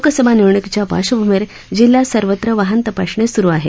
लोकसभा निवडणुकीच्या पार्श्वभूमीवर जिल्ह्यात सर्वत्र वाहन तपासणी सुरू आहे